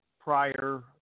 prior